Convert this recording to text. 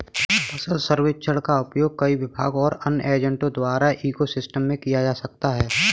फसल सर्वेक्षण का उपयोग कई विभागों और अन्य एजेंटों द्वारा इको सिस्टम में किया जा सकता है